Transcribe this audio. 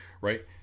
right